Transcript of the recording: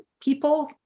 People